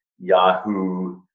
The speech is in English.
Yahoo